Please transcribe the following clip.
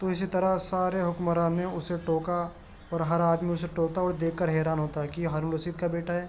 تو اسی طرح سارے حکمران نے اسے ٹوکا اور ہر آدمی اسے ٹوکتا اور دیکھ کر حیران ہوتا ہے کہ یہ ہارون رشید کا بیٹا ہے